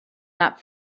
that